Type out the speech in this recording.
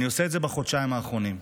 אני עושה את זה בחודשיים האחרונים,